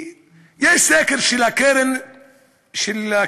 יש סקר של הקרן לידידות,